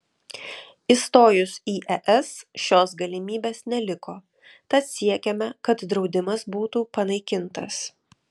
įstojus į es šios galimybės neliko tad siekiame kad draudimas būtų panaikintas